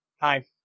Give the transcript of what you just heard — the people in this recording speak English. Hi